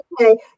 okay